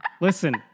Listen